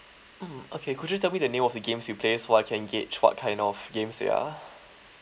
mm okay could you tell me the name of the games you play so I can gauge what kind of games they are